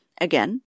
Again